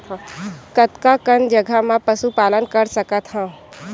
कतका कन जगह म पशु पालन कर सकत हव?